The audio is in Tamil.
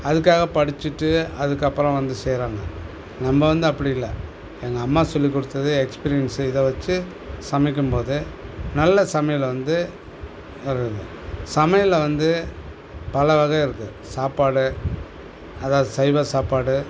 அதுக்காக படிச்சுட்டு அதுக்கப்புறம் வந்து செய்கிறாங்க நம்ம வந்து அப்படி இல்லை எங்கள் அம்மா சொல்லிக் கொடுத்தது எக்ஸ்பீரியன்ஸு இதை வெச்சி சமைக்கும்போது நல்ல சமையலை வந்து சமையலில் வந்து பல வகை இருக்குது சாப்பாடு அதாவது சைவ சாப்பாடு